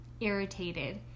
irritated